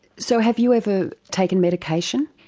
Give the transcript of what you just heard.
so have you ever taken medication?